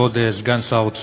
כבוד סגן שר האוצר,